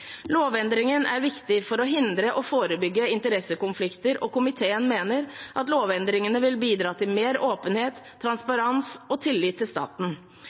Lovendringen er viktig for å hindre og forebygge interessekonflikter, og komiteen mener at lovendringene vil bidra til mer åpenhet, transparens og tillit til staten. Lovforslaget vil gi virksomheter i staten